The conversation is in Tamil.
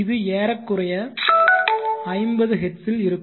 இது ஏறக்குறைய 50 ஹெர்ட்ஸில் இருக்கும்